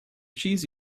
cheese